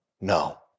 no